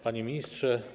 Panie Ministrze!